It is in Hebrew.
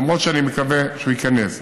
למרות שאני מקווה שהוא ייכנס.